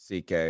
CK